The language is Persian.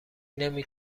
نمی